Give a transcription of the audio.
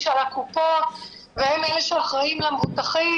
של הקופות והם אלה שאחראים על המבוטחים,